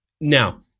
Now